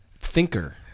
thinker